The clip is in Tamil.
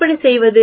எப்படி செய்வது